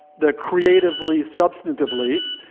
the creatively, substantively,